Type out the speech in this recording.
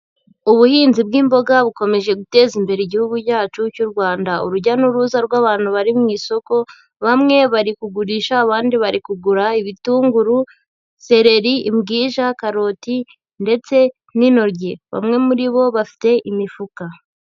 Ubuhinzi bw'imboga bukomeje guteza imbere Igihugu cyacu cy'u Rwanda, urujya n'uruza rw'abantu bari mu isoko, bamwe bari kugurisha, abandi bari kugura ibitunguru, seleri, imbwija, karoti ndetse n'intoryi, bamwe muri bo bafite imifuka.